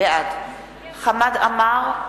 בעד חמד עמאר,